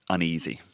Uneasy